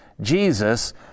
Jesus